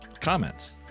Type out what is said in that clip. comments